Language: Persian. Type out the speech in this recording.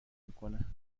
میکنه